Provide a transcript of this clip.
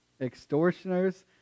extortioners